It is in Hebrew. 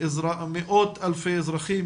על מאות אלפי אזרחים,